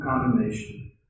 condemnation